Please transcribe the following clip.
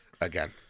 again